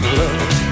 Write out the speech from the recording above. love